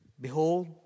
Behold